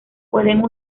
pueden